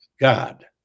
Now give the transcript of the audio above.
God